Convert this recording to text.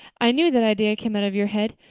i knew that idea came out of your head.